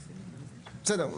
בסדר.